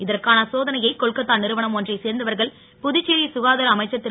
இதற்கான சோதனையை கொல்கத்தா நிறுவனம் ஒன்றை சேர்ந்தவர்கள் புதுச்சேரி ககாதார அமைச்சர் திரு